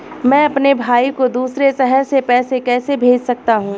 मैं अपने भाई को दूसरे शहर से पैसे कैसे भेज सकता हूँ?